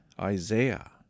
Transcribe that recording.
Isaiah